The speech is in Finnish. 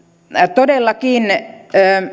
todellakin